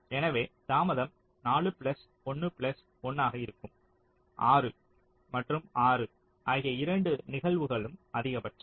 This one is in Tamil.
எனவே தாமதம் 4 பிளஸ் 1 பிளஸ் 1 ஆக இருக்கும் 6 மற்றும் 6 ஆகிய இரண்டு நிகழ்வுகளுக்கும் அதிகபட்சம்